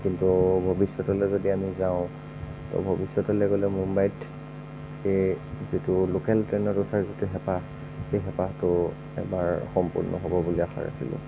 কিন্তু ভৱিষ্যতলৈ যদি আমি যাওঁ ভৱিষ্যতলৈ গ'লে মুম্বাইত সেই যিটো লোকেল ট্ৰেইনত উঠাৰ যিটো হেঁপাহ সেই হেঁপাহটো এবাৰ সম্পূৰ্ণ হ'ব বুলি আশা ৰাখিলোঁ